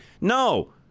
No